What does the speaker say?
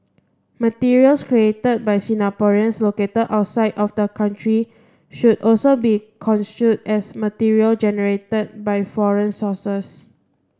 materials created by Singaporeans located outside of the country should also be construed as material generated by foreign sources